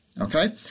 okay